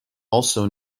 also